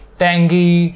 tangy